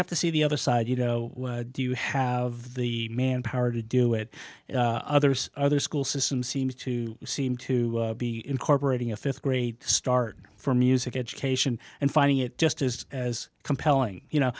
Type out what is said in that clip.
have to see the other side you know do you have the manpower to do it others other school system seems to seem to be incorporating a th grade start for music education and finding it just is as compelling you know